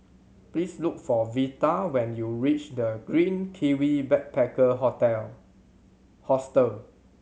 please look for Vita when you reach The Green Kiwi Backpacker Hostel